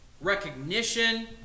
recognition